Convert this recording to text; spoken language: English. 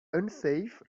unsafe